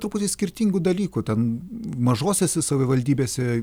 truputį skirtingų dalykų ten mažosiose savivaldybėse